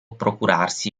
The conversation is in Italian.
procurarsi